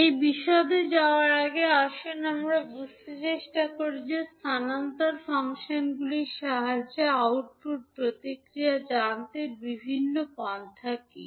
এই বিশদে যাওয়ার আগে আসুন আমরা বুঝতে চেষ্টা করি যে স্থানান্তর ফাংশনগুলির সাহায্যে আউটপুট প্রতিক্রিয়া জানতে বিভিন্ন পন্থা কী